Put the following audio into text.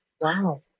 Wow